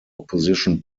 opposition